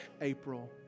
April